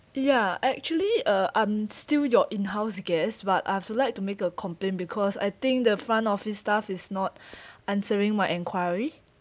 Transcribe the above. ya actually uh I'm still your in house guest but I would to like to make a complaint because I think the front office staff is not answering my enquiry